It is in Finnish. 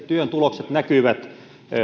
työn tulokset näkyvät